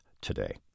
today